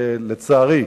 לצערי,